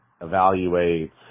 evaluate